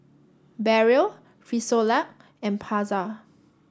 Barrel Frisolac and Pasar